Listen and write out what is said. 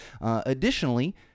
Additionally